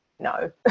no